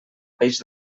peix